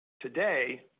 Today